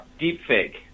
deepfake